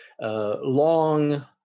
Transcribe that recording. long